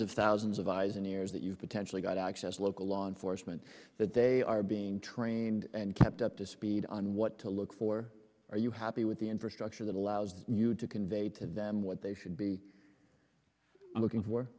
of thousands of eyes and ears that you potentially got access to local law enforcement that they are being trained and kept up to speed on what to look for are you happy with the infrastructure that allows you to convey to them what they should be looking for